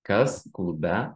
kas klube